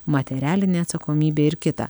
materialinė atsakomybė ir kita